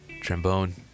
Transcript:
trombone